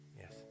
Yes